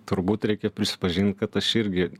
turbūt reikia prisipažint kad aš irgi